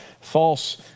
false